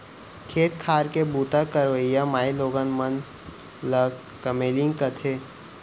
खेत खार के बूता करइया माइलोगन मन ल कमैलिन कथें